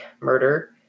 murder